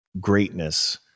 greatness